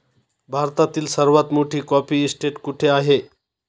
भारतातील सर्वात मोठी कॉफी इस्टेट कुठे आहे?